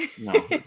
No